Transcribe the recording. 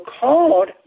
called